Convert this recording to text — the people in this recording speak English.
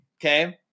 okay